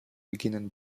beginnen